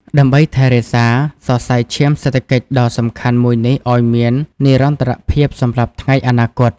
ដើម្បីថែរក្សាសរសៃឈាមសេដ្ឋកិច្ចដ៏សំខាន់មួយនេះឱ្យមាននិរន្តរភាពសម្រាប់ថ្ងៃអនាគត។